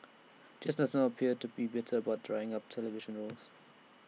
just does not appear to be bitter about drying up of television roles